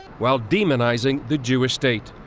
while demonizing the jewish state.